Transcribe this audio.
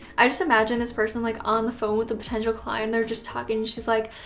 i just imagine this person like on the phone with a potential client, they're just talking, she's like,